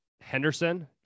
Henderson